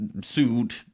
sued